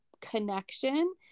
connection